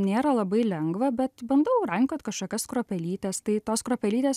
nėra labai lengva bet bandau rankiot kažkokias kruopelytes tai tos kruopelytės